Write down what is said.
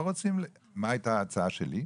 מה הייתה ההצעה שלי?